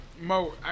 Mo